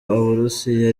uburusiya